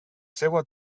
seva